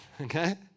Okay